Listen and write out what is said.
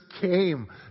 came